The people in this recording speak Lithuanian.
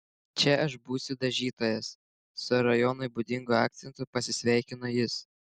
čia aš būsiu dažytojas su rajonui būdingu akcentu pasisveikino jis